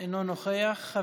אינו נוכח.